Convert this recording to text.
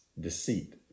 deceit